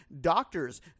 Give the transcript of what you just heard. Doctors